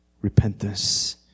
repentance